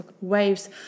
waves